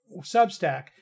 Substack